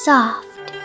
Soft